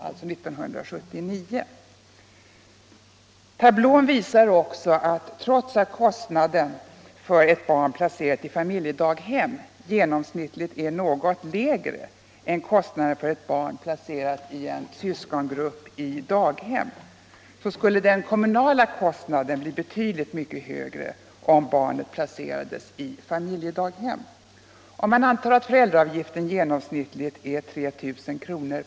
Trots att kostnaden — detta visar tablån också — för ett barn placerat i familjedaghem genomsnittligt är något lägre än kostnaden för ett barn placerat i en syskongrupp i daghem, skulle den kommunala kostnaden bli betydligt högre, om barnet placerades i familjedaghem. Antar man att föräldraavgiften genomsnittligt är 3 000 kr.